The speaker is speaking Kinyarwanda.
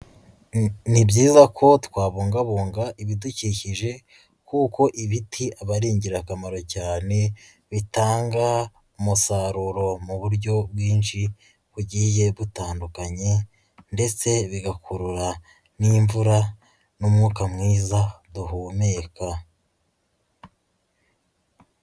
Ni byiza ko twabungabunga ibidukikije, kuko ibiti aba ari ingirakamaro cyane, bitanga umusaruro mu buryo bwinshi bugiye butandukanye, ndetse bigakurura n'imvura, n'umwuka mwiza duhumeka.